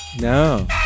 No